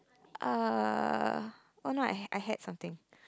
err oh no I had I had something